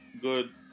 good